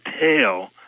tail